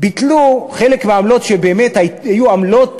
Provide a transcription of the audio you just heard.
ביטלו חלק מהעמלות שבאמת היו עמלות מגוחכות,